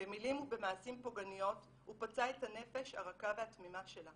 במילים ובמעשים פוגעניות הוא פצע את הנפש הרכה והתמימה שלה